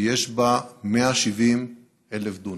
יש בה 170,000 דונם,